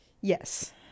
Yes